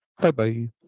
bye-bye